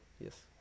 yes